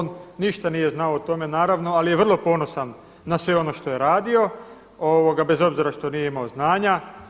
On ništa nije znao o tome naravno ali je vrlo ponosan na sve ono što je radio, bez obzira što nije imao znanja.